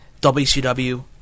WCW